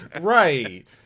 right